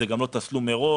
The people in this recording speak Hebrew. זה גם לא תשלום מראש.